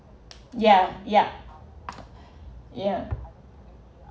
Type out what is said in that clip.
yeah yeah yeah